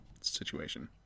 situation